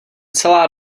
celá